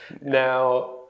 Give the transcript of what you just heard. Now